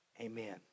Amen